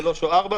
שלוש או ארבע,